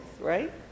right